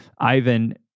Ivan